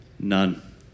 None